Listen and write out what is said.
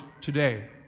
today